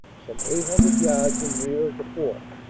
some eight hundred yards in rear of the fourth.